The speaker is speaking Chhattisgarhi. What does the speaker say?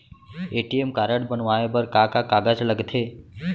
ए.टी.एम कारड बनवाये बर का का कागज लगथे?